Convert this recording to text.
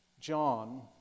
John